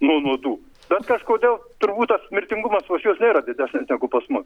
nuo nuodų bet kažkodėl turbūt tas mirtingumas pas juos nėra didesnis negu pas mus